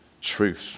truth